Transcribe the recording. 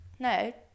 No